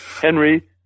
Henry